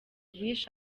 bishe